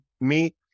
meet